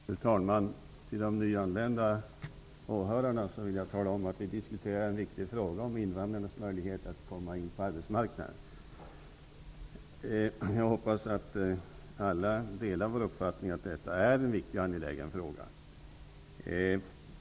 Fru talman! Till de nyanlända åhörarna vill jag säga att vi diskuterar den viktiga frågan om invandrarnas möjlighet att komma in på arbetsmarknaden. Jag hoppas att alla delar vår uppfattning om att detta är en viktig och angelägen fråga.